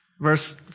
Verse